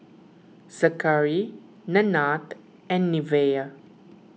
Zackery Nanette and Neveah